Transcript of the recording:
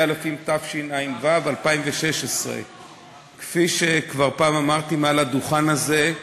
התשע"ו 2016. כפי שכבר אמרתי פעם מעל הדוכן הזה,